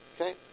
Okay